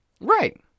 Right